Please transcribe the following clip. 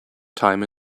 time